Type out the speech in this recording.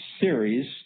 series